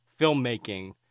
filmmaking